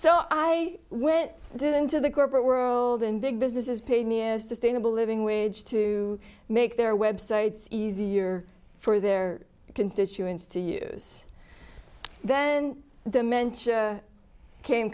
so i went into the corporate world and big business is paid me a sustainable living wage to make their websites easier for their constituents to use then dimentia came